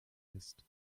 ist